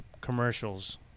commercials